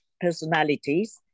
personalities